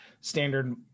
standard